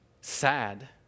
sad